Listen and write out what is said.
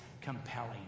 compelling